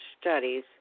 studies